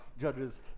judges